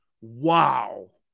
Wow